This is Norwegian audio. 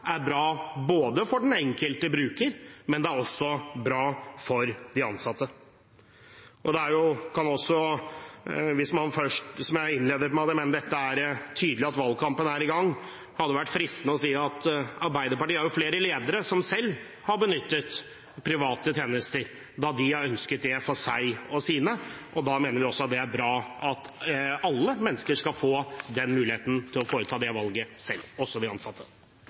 er bra både for den enkelte bruker og også for de ansatte. Jeg innledet med at jeg mener det er tydelig at valgkampen er i gang, og det hadde vært fristende å si at Arbeiderpartiet har flere ledere som selv har benyttet private tjenester når de har ønsket det for seg og sine. Vi mener det er bra at alle mennesker skal få muligheten til å foreta det valget selv – også de ansatte.